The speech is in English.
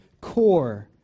core